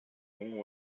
king